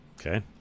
Okay